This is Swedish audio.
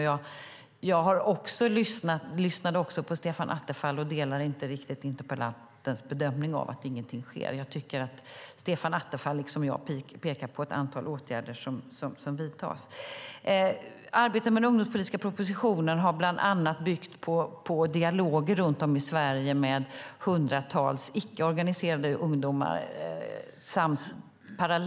Jag lyssnade också på Stefan Attefall och delar inte riktigt interpellantens bedömning att ingenting sker. Stefan Attefall pekar liksom jag på ett antal åtgärder som vidtas. Arbetet med den ungdomspolitiska propositionen har bland annat byggt på dialog med hundratals icke-organiserade ungdomar runt om i Sverige.